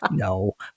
No